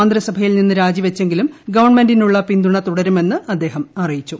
മന്ത്രിസഭയിൽ നിന്ന് രാജിവച്ചെങ്കിലും ഗവൺമെന്റിനുള്ള പിന്തുണ തുടരുമെന്ന് അദ്ദേഹം അറിയിച്ചു